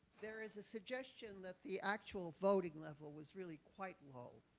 there is a suggestion that the actual voting level was really quite low,